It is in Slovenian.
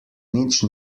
nič